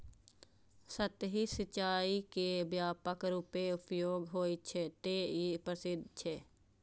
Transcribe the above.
सतही सिंचाइ के व्यापक रूपें उपयोग होइ छै, तें ई प्रसिद्ध छै